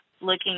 looking